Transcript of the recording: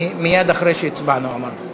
מייד אחרי שהצבענו הוא אמר.